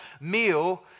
meal